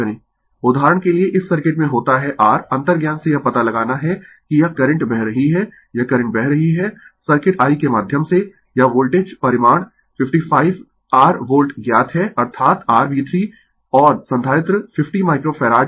Refer Slide Time 0455 उदाहरण के लिए इस सर्किट में होता है r अंतर्ज्ञान से यह पता लगाना है कि यह करंट बह रही है यह करंट बह रही है सर्किट I के माध्यम से यह वोल्टेज परिमाण 55 r वोल्ट ज्ञात है अर्थात rV3 और संधारित्र 50 माइक्रो फैराड है